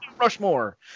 Rushmore